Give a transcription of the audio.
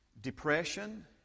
depression